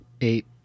Eight